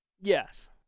Yes